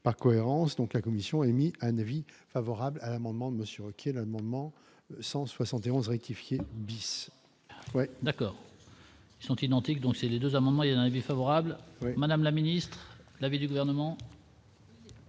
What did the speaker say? par cohérence, donc la commission a émis un avis favorable à l'amendement de monsieur Wauquiez l'amendement 171 rectifier bis. D'accord, ils sont identiques, donc c'est les 2 amendements et un avis favorable, Madame la Ministre, l'avis du gouvernement.